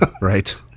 Right